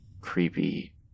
creepy